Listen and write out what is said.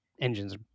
engines